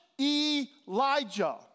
Elijah